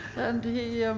and he,